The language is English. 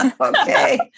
Okay